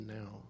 now